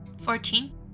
Fourteen